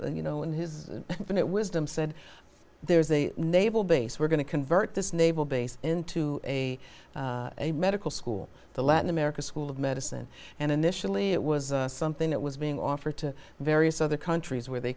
you know in his infinite wisdom said there's a naval base we're going to convert this naval base into a a medical school the latin american school of medicine and initially it was something that was being offered to various other countries where they